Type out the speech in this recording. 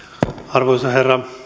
arvoisa herra